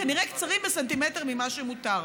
כנראה קצרים בסנטימטר ממה שמותר?